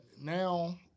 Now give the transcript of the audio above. now